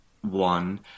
one